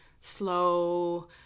slow